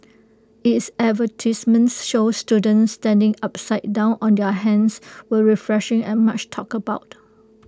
its advertisements showing students standing upside down on their hands were refreshing and much talked about